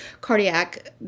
cardiac